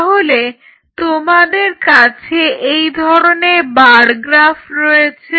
তাহলে তোমাদের কাছে এই ধরনের বারগ্রাফ রয়েছে